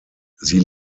sie